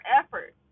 effort